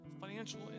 financial